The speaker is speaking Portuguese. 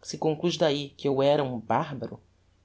se conclues dahi que eu era um barbaro